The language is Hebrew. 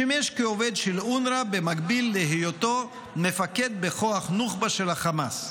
שימש כעובד של אונר"א במקביל להיותו מפקד בכוח נוח'בה של חמאס.